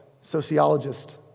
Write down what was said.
sociologist